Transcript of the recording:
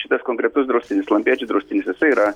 šitas konkretus draustinis lampėdžio draustinis yra